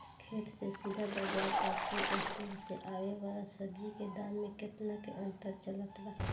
खेत से सीधा बाज़ार आ कोल्ड स्टोर से आवे वाला सब्जी के दाम में केतना के अंतर चलत बा?